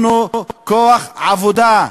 אנחנו כוח עבודה.